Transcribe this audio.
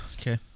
okay